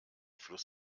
fluss